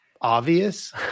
obvious